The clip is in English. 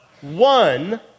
One